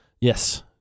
yes